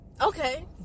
Okay